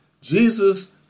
Jesus